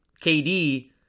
KD